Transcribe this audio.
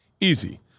easy